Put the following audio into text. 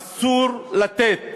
אסור לתת